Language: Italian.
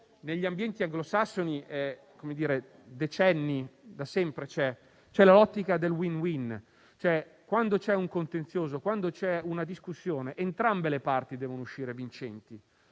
negli ambienti anglosassoni è presente da decenni, da sempre, cioè l'ottica del *win-win*. Quando c'è un contenzioso, quando c'è una discussione, entrambe le parti devono uscire vincenti.